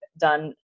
done